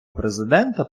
президента